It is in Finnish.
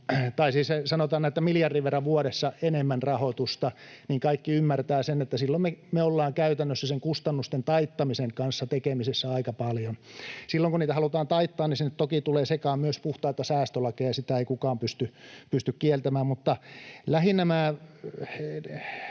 tai siis sanotaan näin, että miljardin verran vuodessa enemmän rahoitusta — niin kaikki ymmärtävät sen, että silloin me ollaan käytännössä sen kustannusten taittamisen kanssa tekemisissä aika paljon. Silloin, kun niitä halutaan taittaa, sinne toki tulee sekaan myös puhtaita säästölakeja, sitä ei kukaan pysty kieltämään. Lähinnä minä